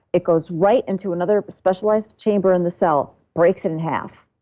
it goes right into another specialized chamber, and the cell breaks it in half.